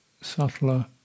subtler